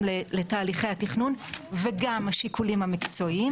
לתהליכי התכנון וגם השיקולים המקצועיים.